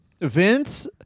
Vince